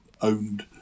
owned